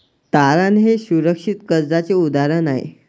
तारण हे सुरक्षित कर्जाचे उदाहरण आहे